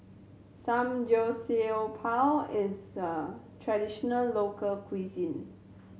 samgyeopsal is a traditional local cuisine